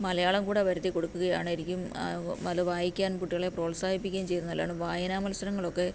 മലയാളം കൂടെ വരുത്തി കൊടുക്കുക ആണേൽ ആയിരിക്കും അത് വായിക്കാൻ കുട്ടികളെ പ്രോത്സാഹിപ്പിക്കുകയും ചെയ്യുന്നത് നല്ലതാണ് വായന മത്സരങ്ങളൊക്കെ